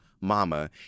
mama